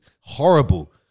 Horrible